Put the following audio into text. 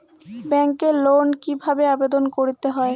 ব্যাংকে লোন কিভাবে আবেদন করতে হয়?